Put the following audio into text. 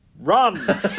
Run